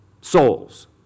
Souls